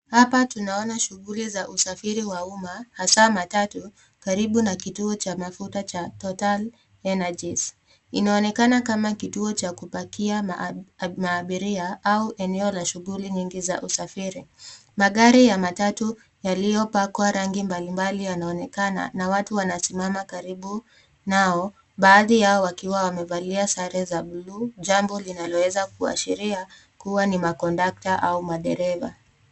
Hapa tunaona shughuli za usafiri wa umma, hasaa matatu, karibu na kituo cha mafuta cha Total Energies . Inaonekana kama kituo cha kupakia maabaria au eneo la shughuli nyingi za usafiri. Magari ya matatu yaliyopakwa rangi mbali mbali yanaonekana na watu wanasimama karibu nao, baadhi yao wakiwa wamevalia sare za bluu, jambo linaloweza kuashiria kuwa ni makondukta au madereva.